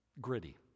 gritty